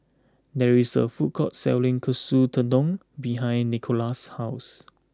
there is a food court selling Katsu Tendon behind Nicola's house